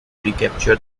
recapture